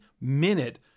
minute